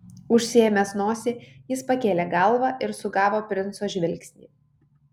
užsiėmęs nosį jis pakėlė galvą ir sugavo princo žvilgsnį